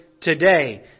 Today